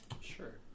Sure